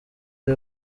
ari